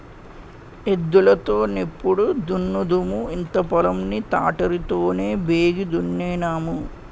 ఎద్దులు తో నెప్పుడు దున్నుదుము ఇంత పొలం ని తాటరి తోనే బేగి దున్నేన్నాము